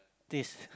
this